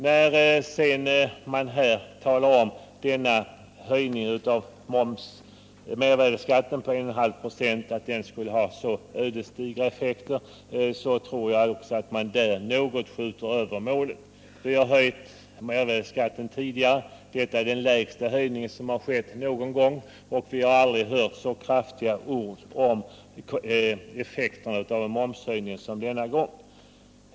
När man här talar om att höjningen av mervärdeskatten med 1,9 90 skulle ha så ödesdigra effekter anser jag också att man skjuter över målet. Vi har höjt mervärdeskatten tidigare. Detta är den lägsta höjning som har gjorts någon gång, och vi har aldrig hört så kraftiga ord om effekterna av en momshöjning som denna gång.